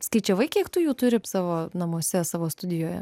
skaičiavai kiek tu jų turi savo namuose savo studijoje